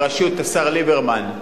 בראשות השר ליברמן,